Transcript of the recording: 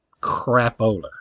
Crapola